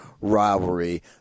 rivalry